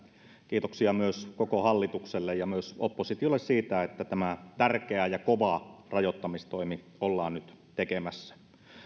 kiitoksia myös koko hallitukselle ja myös oppositiolle siitä että tämä tärkeä ja kova rajoittamistoimi ollaan nyt tekemässä